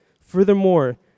Furthermore